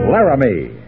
Laramie